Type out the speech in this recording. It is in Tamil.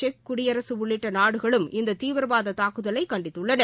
செக்குடியரசு உள்ளிட்ட நாடுகளும் இந்த தீவிரவாத தாக்குதலை கண்டித்துள்ளன